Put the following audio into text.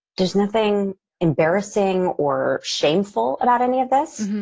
there's nothing embarrassing or shameful about any of this.